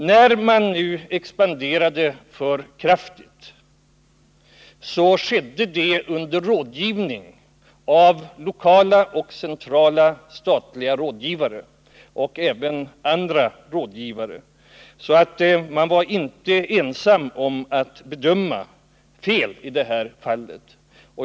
När man nu expanderade för kraftigt, så skedde det under rådgivning av lokala och centrala statliga rådgivare och även andra rådgivare, så man var inte ensam om att bedöma fel i det här fallet.